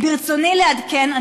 ברצוני לעדכן,